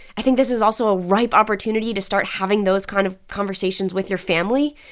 i think this is also a ripe opportunity to start having those kind of conversations with your family.